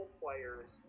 players